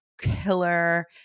killer